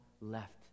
left